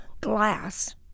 glass